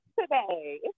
today